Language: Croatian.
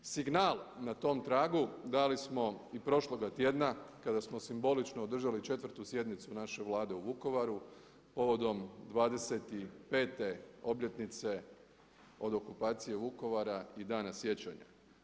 Signal na tom tragu dali smo i prošloga tjedna kada smo simbolično održali 4. sjednicu naše Vlade u Vukovaru povodom 25.-te obljetnice od okupacije Vukovara i dana sjećanja.